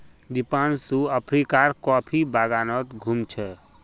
दीपांशु अफ्रीकार कॉफी बागानत घूम छ